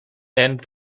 and